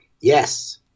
Yes